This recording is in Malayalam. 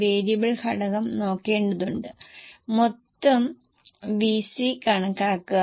പരിഹാരം ഓരോന്നായി നോക്കാൻ ശ്രമിക്കാം